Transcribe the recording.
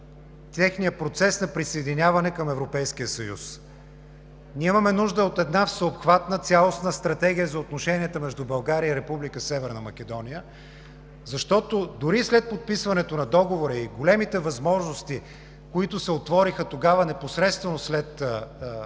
техния процес на присъединяване към Европейския съюз. Ние имаме нужда от една всеобхватна, цялостна стратегия за отношенията между България и Република Северна Македония, защото дори след подписването на договора и големите възможности, които се отвориха тогава – непосредствено след неговата